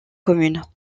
communes